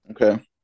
Okay